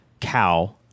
cow